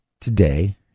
today